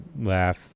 laugh